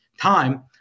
time